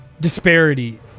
disparity